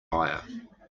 higher